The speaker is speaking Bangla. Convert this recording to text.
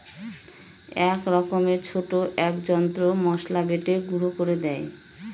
এক রকমের ছোট এক যন্ত্র মসলা বেটে গুঁড়ো করে দেয়